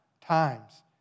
times